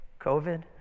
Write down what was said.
COVID